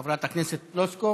אשר עלו לארץ לאחר שנת